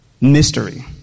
mystery